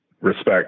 respect